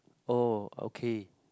oh okay